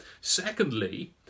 Secondly